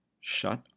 Shut